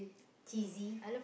cheesy